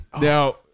Now